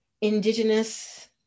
indigenous